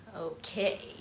okay